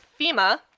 FEMA